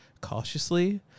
cautiously